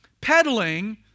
peddling